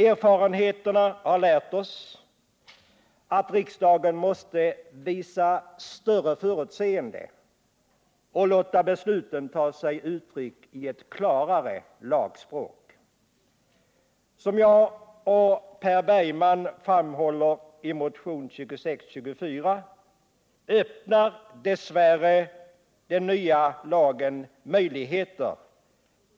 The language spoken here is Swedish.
Erfarenheterna har lärt oss att riksdagen måste visa större förutseende och låta besluten ta sig uttryck i ett klarare lagspråk. Som jag och Per Bergman framhåller i motionen 2624 öppnar dess värre den nya lagen möjligheter